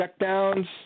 Checkdowns